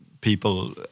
People